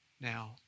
now